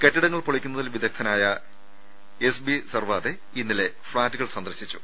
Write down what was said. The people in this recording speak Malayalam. കെട്ടിടങ്ങൾ പൊളിക്കുന്നതിൽ വിദഗ്ദ്ധനായ എസ് ബി സർവാതെ ഇന്നലെ ഫ്ളാറ്റുകൾ സന്ദർശിച്ചു